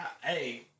Hey